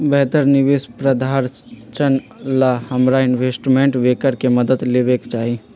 बेहतर निवेश प्रधारक्षण ला हमरा इनवेस्टमेंट बैंकर के मदद लेवे के चाहि